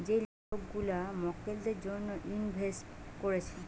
যে লোক গুলা মক্কেলদের জন্যে ইনভেস্ট কোরছে